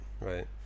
right